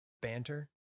Banter